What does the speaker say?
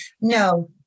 No